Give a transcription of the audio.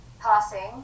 Passing